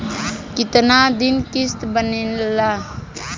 कितना दिन किस्त बनेला?